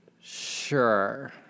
Sure